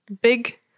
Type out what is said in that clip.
big